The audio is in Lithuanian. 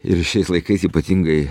ir šiais laikais ypatingai